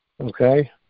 okay